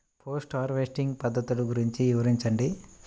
Post harvesting పద్ధతులు గురించి వివరించండి?